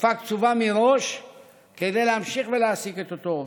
לתקופה קצובה מראש כדי להמשיך ולהעסיק את אותו עובד.